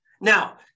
Now